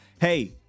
Hey